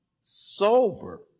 sober